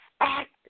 act